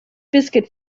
biscuit